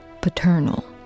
paternal